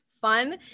fun